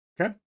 Okay